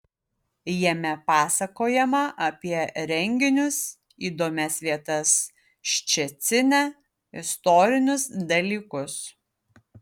jame pasakojama apie renginius įdomias vietas ščecine istorinius dalykus